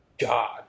God